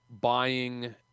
buying